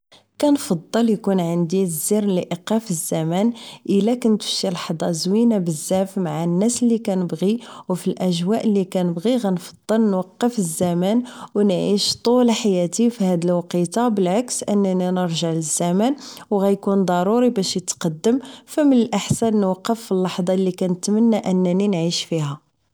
كنفضل اكون عندي زر لايقاف الزمان الا كنت فشي لحظة زوينة بزاف مع الناس اللي كنبغي و فالاجواء اللي كنبغي غنفضل نوقف الزمان و نعيش طول حياتي فهاد الوقيتة بالعكس انني نرجع للزمان و غيكون ضروري باش اتقدم فمن الاحسن نوقف في اللحظة اللي كنتمى انني نعيش فيها